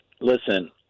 Listen